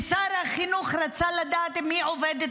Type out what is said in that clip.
ושר החינוך רצה לדעת אם היא עובדת